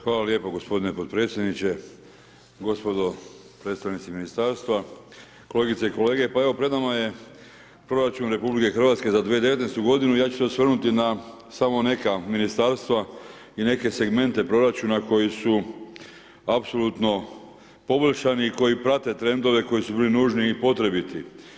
Hvala lijepo gospodine podpredsjedniče, gospodo predstavnici ministarstva, kolegice i kolege, pa evo pred nama je proračun RH za 2019. godinu ja ću se osvrnuti na samo neka ministarstva i neke segmente proračuna koji su apsolutno poboljšani i koji prate trendove koji su bili nužni i potrebiti.